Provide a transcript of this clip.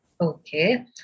Okay